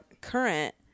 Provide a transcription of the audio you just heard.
current